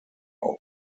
aus